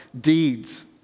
deeds